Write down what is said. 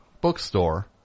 bookstore